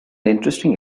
interesting